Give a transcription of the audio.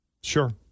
Sure